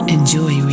Enjoy